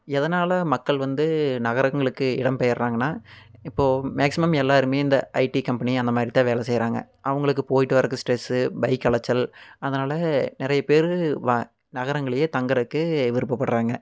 எதனால் மக்கள் வந்து நகரங்களுக்கு இடம் பெயர்றாங்கன்னா இப்போ மேக்ஸிமம் எல்லாருமே இந்த ஐடி கம்பெனி அந்த மாரித்தான் வேலை செய்யறாங்க அவங்களுக்கு போய்விட்டு வரக்கு ஸ்ட்ரெஸ்ஸு பைக் அலைச்சல் அதனால் நிறைய பேர் வா நகரங்கள்கலையே தங்குறக்கு விருப்பப்படுறாங்க